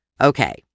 Okay